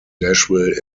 nashville